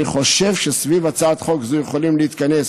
אני חושב שסביב הצעת חוק זו יכולים להתכנס